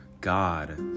God